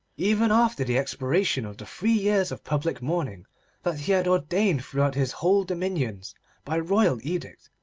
even after the expiration of the three years of public mourning that he had ordained throughout his whole dominions by royal edict,